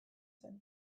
zen